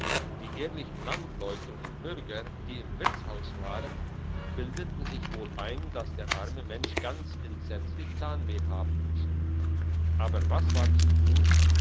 die ehrlichen landleute und bürger die im wirtshaus waren bildeten sich wohl ein dass der arme mensch ganz entsetzlich zahnweh haben müsse aber was war zu tun